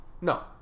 No